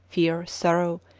fear, sorrow,